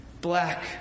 Black